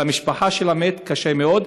למשפחה של המת קשה מאוד.